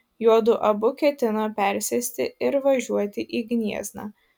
juodu abu ketino persėsti ir važiuoti į gniezną